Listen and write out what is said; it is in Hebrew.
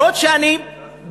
אף-על-פי שאני בצורה